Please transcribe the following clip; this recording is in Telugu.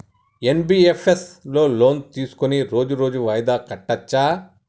ఎన్.బి.ఎఫ్.ఎస్ లో లోన్ తీస్కొని రోజు రోజు వాయిదా కట్టచ్ఛా?